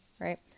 right